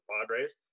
Padres